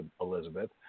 Elizabeth